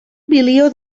milió